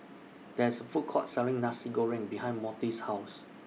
There IS A Food Court Selling Nasi Goreng behind Monte's House